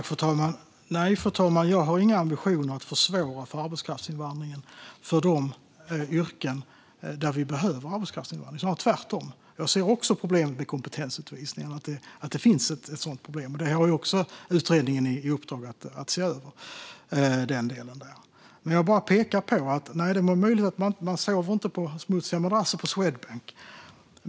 Fru talman! Nej, jag har inga ambitioner att försvåra för arbetskraftsinvandringen för de yrken där vi behöver arbetskraftsinvandring, tvärtom. Jag ser också att det finns ett problem med kompetensutvisningar. Utredningen har också i uppdrag att se över den delen. Det är möjligt att man inte sover på smutsiga madrasser på Swedbank.